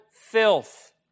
filth